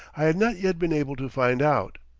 i had not yet been able to find out.